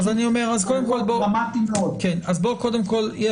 אז בוא קודם כל,